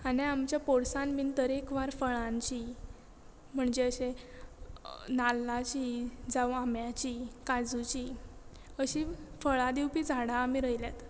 आनी आमच्या पोरसान बीन तरेकवार फळांची म्हणजे अशे नाल्लाची जावं आंब्याची काजूची अशी फळां दिवपी झाडां आमी रोयल्यात